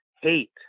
hate